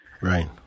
right